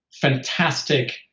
fantastic